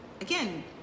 again